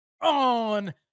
On